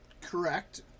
Correct